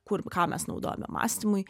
kur ką mes naudojame mąstymui